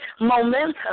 momentum